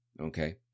Okay